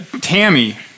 Tammy